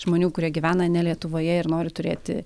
žmonių kurie gyvena ne lietuvoje ir nori turėti